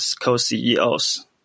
co-CEOs